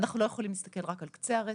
אנחנו לא יכולים להסתכל רק על קצה הרצף.